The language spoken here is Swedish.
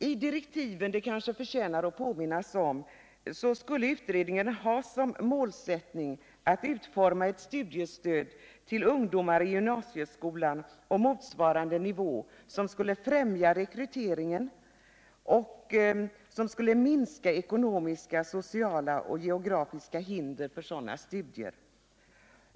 I direktiven — som kanske förtjänar att påminnas om — skulle utredningen ha som målsättning att utforma ett studiestöd till ungdomar i gymnasieskolan och på motsvarande nivå, vilket skulle främja rekryteringen och minska ekonomiska, sociala och geografiska hinder för sådana studier.